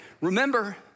Remember